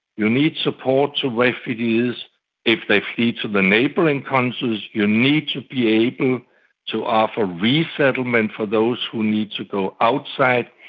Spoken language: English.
you need support for refugees if they flee to the neighbouring countries, you need to be able to offer resettlement for those who need to go outside,